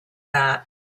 that